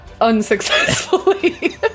unsuccessfully